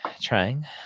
trying